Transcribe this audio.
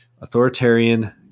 authoritarian